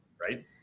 right